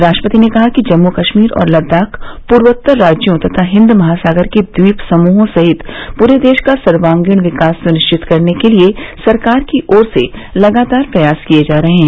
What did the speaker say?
राष्ट्रपति ने कहा कि जम्मू कश्मीर और लद्दाख पूर्वोत्तर राज्यों तथा हिंद महासागर के द्वीप समूहों सहित पूरे देश का सर्वागीण विकास सुनिश्चित करने के लिए सरकार की ओर से लगातार प्रयास किए जा रहे हैं